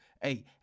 hey